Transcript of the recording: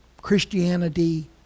Christianity